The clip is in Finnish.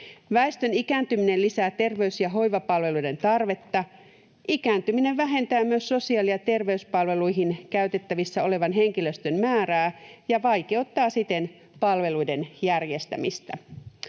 Väestön ikääntyminen lisää terveys- ja hoivapalveluiden tarvetta. Ikääntyminen vähentää myös sosiaali- ja terveyspalveluihin käytettävissä olevan henkilöstön määrää ja vaikeuttaa siten palveluiden järjestämistä.